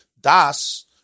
Das